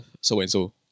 so-and-so